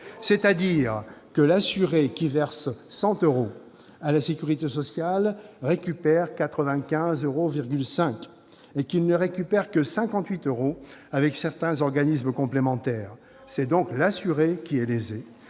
Ainsi, l'assuré qui verse 100 euros à la sécurité sociale récupère 95,5 euros et seulement 58 euros avec certains organismes complémentaires. C'est l'assuré qui est lésé.